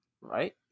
Right